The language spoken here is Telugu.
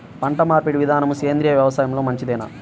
పంటమార్పిడి విధానము సేంద్రియ వ్యవసాయంలో మంచిదేనా?